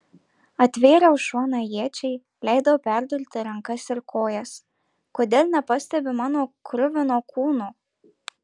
atvėriau šoną iečiai leidau perdurti rankas ir kojas kodėl nepastebi mano kruvino kūno